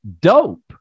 dope